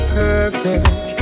perfect